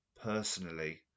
personally